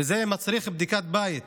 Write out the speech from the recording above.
וזה מצריך בדק בית,